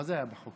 מה זה "היה בחוק"?